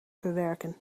verwerken